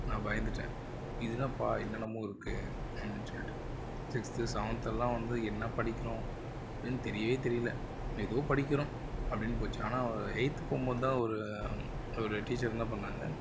நான் பயந்துட்டேன் இது என்னப்பா என்னென்னமோ இருக்குது அப்படின்னு சொல்லிட்டு சிக்ஸ்த்து செவந்த்தெல்லாம் வந்து என்ன படிக்கிறோம் அப்படின்னு தெரியவே தெரியலை ஏதோ படிக்கிறோம் அப்படின்னு போச்சு ஆனால் எயித்து போகும்போது தான் ஒரு ஒரு டீச்சர் என்ன பண்ணாங்க